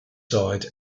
side